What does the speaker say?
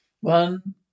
One